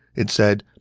it said,